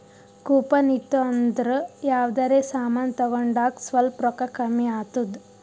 coupon ಇತ್ತು ಅಂದುರ್ ಯಾವ್ದರೆ ಸಮಾನ್ ತಗೊಂಡಾಗ್ ಸ್ವಲ್ಪ್ ರೋಕ್ಕಾ ಕಮ್ಮಿ ಆತ್ತುದ್